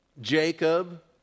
Jacob